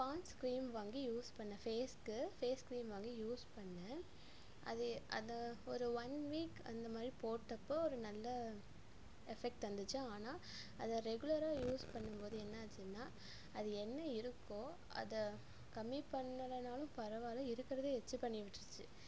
Pond's cream வாங்கி use பண்ண ஃபேஸ்க்கு ஃபேஸ் க்ரீம் வாங்கி யூஸ் பண்ண அது அது ஒரு ஒன் வீக் அந்த மாதிரி போட்டப்போ ஒரு நல்ல எஃபெக்ட் தந்துச்சு ஆனால் அத ரெகுலராக யூஸ் பண்ணும் போது என்னாச்சுன்னா அது என்ன இருக்கோ அதை கம்மி பண்ணலைன்னாலும் பரவாயில்ல இருக்கிறத வச்சி பண்ணி விட்டுருச்சி